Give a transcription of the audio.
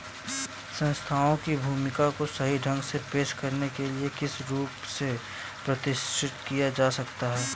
संस्थानों की भूमिका को सही ढंग से पेश करने के लिए किस रूप से प्रतिष्ठित किया जा सकता है?